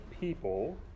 people